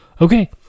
Okay